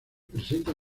presentan